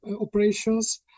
operations